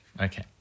Okay